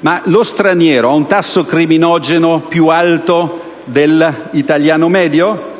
ma lo straniero ha un tasso criminogeno più alto dell'italiano medio?